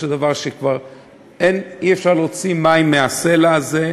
הדבר שכבר אי-אפשר להוציא מים מהסלע הזה,